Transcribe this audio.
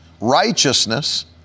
righteousness